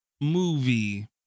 movie